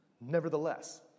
Nevertheless